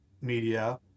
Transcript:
media